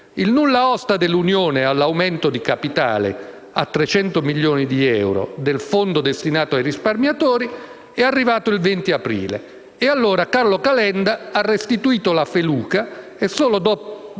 il nulla osta dell'Unione all'aumento di capitale a 300 milioni di euro del Fondo destinato ai risparmiatori è arrivato il 20 aprile, e Carlo Calenda ha restituito la feluca solo 16